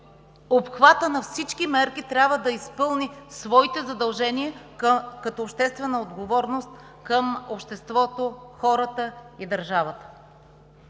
обхвата на всички мерки, трябва да изпълни своите задължения като обществена отговорност към обществото, хората и държавата.